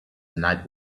night